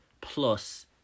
Plus